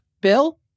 Bill